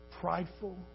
prideful